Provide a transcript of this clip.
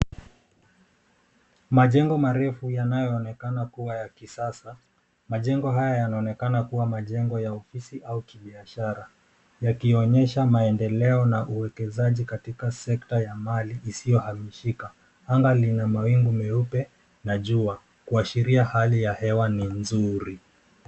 Majengo marefu yanayoonekana kua ya kisasa, majengo haya yanaonekana kua majengo ya ofisi au kibiashara yakionyesha maendeleo na uegezaji katika sekta ya mali isiyohamishika. Anga lina mawingu meupe na jua kuashiria hali ya hewa ni nzuri.